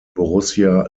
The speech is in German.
borussia